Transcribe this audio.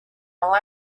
while